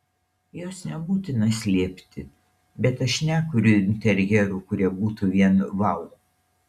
jos nebūtina slėpti bet aš nekuriu interjerų kurie būtų vien vau